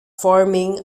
forming